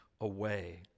away